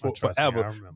forever